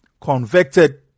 convicted